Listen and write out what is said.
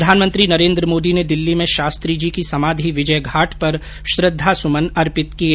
प्रधानमंत्री नरेंद्र मोदी ने दिल्ली में शास्त्री जी की समाधि विजयघाट पर श्रद्वासुमन अर्पित किए